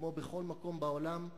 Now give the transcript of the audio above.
כמו בכל מקום בעולם.